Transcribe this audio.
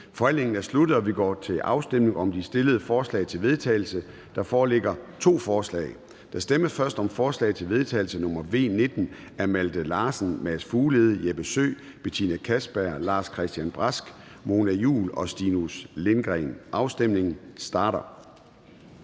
Forhandlingen er sluttet, og vi går til afstemning om de fremsatte forslag til vedtagelse. Der foreligger to forslag. Der stemmes først om forslag til vedtagelse nr. V 19 af Malte Larsen (S), Mads Fuglede (V), Jeppe Søe (M), Betina Kastbjerg (DD), Lars-Christian Brask (LA), Mona Juul (KF) og Stinus Lindgreen (RV). Og afstemningen starter.